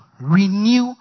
renew